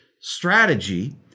strategy